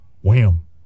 Wham